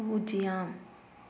பூஜ்ஜியம்